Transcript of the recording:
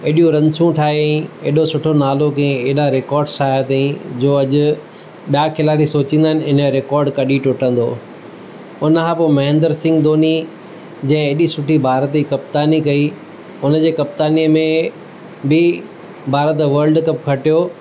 हेॾियूं रन्सूं ठायई एॾो सुठो नालो कई हेॾा रिकॉड्स ठाया अथई जो अॼु ॿिया खिलाड़ी सोचींदा आहिनि हिनजो रिकॉड कॾहिं टुटंदो हुन खां पोइ महेंद्र सिंह धोनी जे हेॾी सुठी भारत जी कप्तानी कई हुनजी कप्तानीअ में बि भारत वल्ड कप खटियो